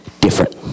different